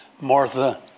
Martha